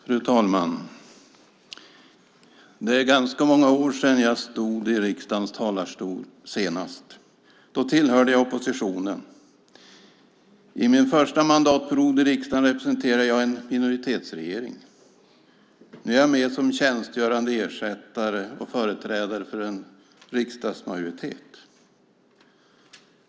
Fru talman! Det är ganska många år sedan jag stod i riksdagens talarstol senast. Då tillhörde jag oppositionen. Under min första mandatperiod i riksdagen representerade jag en minoritetsregering. Nu är jag med som tjänstgörande ersättare och företrädare för en riksdagsmajoritet.